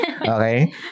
Okay